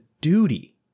duty